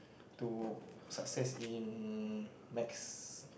to success in Math